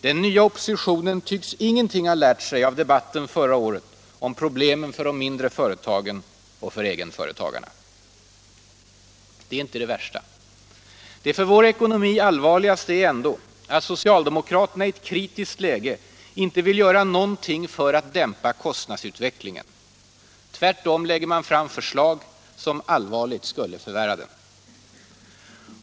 Den nya oppositionen tycks ingenting ha lärt sig av debatten förra året om problemen för de mindre företagen och för egenföretagarna. Det är inte det värsta. Det för vår ekonomi allvarligaste är ändå att socialdemokraterna i ett kritiskt läge inte vill göra någonting för att dämpa kostnadsutvecklingen. Tvärtom lägger man fram förslag som allvarligt skulle förvärra den.